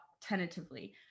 tentatively